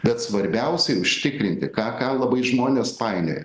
bet svarbiausiai užtikrinti ką ką labai žmonės painioja